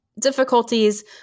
difficulties